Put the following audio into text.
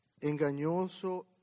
Engañoso